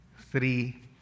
Three